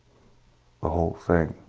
the whole thing,